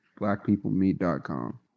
Blackpeoplemeet.com